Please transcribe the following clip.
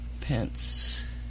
Pence